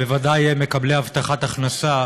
בוודאי מקבלי הבטחת הכנסה,